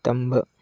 ꯇꯝꯕ